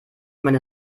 meine